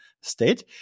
state